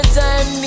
time